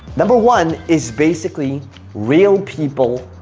number one is basically real people,